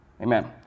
Amen